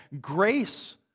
grace